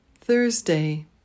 Thursday